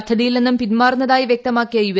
പദ്ധതിയിൽ നിന്നും പിന്മാറുന്നതായി വ്യക്തമാക്കിയ യു